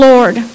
Lord